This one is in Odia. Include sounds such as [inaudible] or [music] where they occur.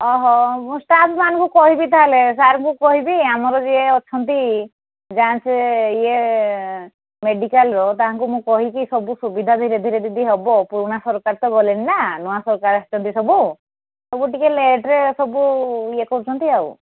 ଅଃ ମୁଁ ଷ୍ଟାଫ୍ମାନଙ୍କୁ କହିବି ତାହାଲେ ସାର୍ଙ୍କୁ କହିବି ଆମର ଯିଏ ଅଛନ୍ତି ଯାଞ୍ଚରେ ଇଏ ମେଡିକାଲ୍ର ତାଙ୍କୁ ମୁଁ କହିକି ସବୁ ସୁବିଧାରେ [unintelligible] ଯଦି ହେବ ପୁରୁଣା ସରକାର ଗଲେଣି ନା ଆଉ ନୂଆ ସରକାର ଆସିଛନ୍ତି ସବୁ ସବୁ ଟିକେ ଲେଟ୍ରେ ସବୁ ଇଏ କରୁଛନ୍ତି ଆଉ